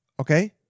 okay